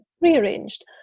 rearranged